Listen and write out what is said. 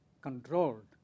controlled